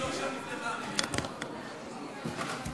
של היום, שהיא הצעת חוק כלי הירייה (תיקון מס'